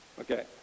Okay